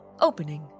Opening